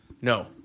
no